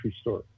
store